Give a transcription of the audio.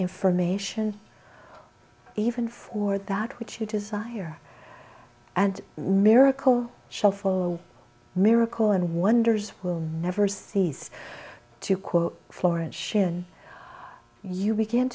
information even for that which you desire and miracle shuffle miracle and wonders will never cease to quote florence sharon you begin